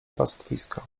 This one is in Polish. pastwiska